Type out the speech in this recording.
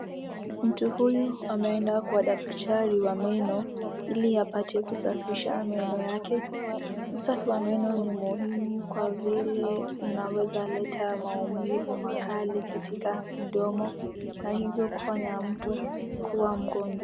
Mtu huyu ameenda kwa daktari wa meno ili apate kusafisha meno yake. Usafi wa meno ni muhimu kwa vile unaweza leta maumivu makali katika mdomo na hivyo kufanya mtu kuwa mgonjwa.